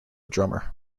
drummer